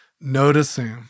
noticing